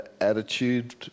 attitude